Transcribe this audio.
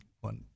one